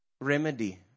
remedy